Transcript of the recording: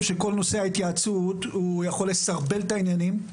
שכל נושא ההתייעצות יכול לסרבל את העניינים.